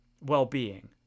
well-being